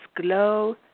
glow